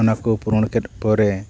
ᱚᱱᱟᱠᱚ ᱯᱩᱨᱚᱱ ᱠᱮᱫ ᱯᱚᱨᱮ